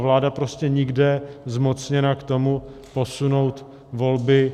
A vláda prostě nikde zmocněna k tomu posunout volby.